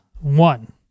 one